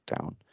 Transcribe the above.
down